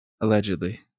Allegedly